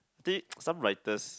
think some writers